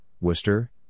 Worcester